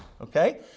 okay